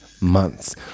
months